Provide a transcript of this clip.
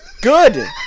good